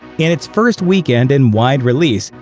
in its first weekend in wide release,